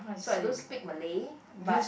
so I don't speak Malay but